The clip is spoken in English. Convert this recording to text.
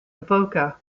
avoca